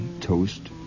toast